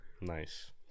Nice